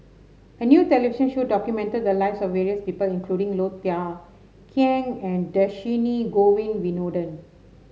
a new television show documented the lives of various people including Low Thia Khiang and Dhershini Govin Winodan